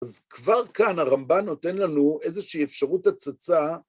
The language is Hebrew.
אז כבר כאן הרמב״ן נותן לנו איזושהי אפשרות הצצה.